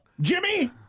Jimmy